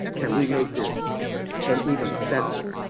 can we make this an even better,